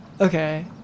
okay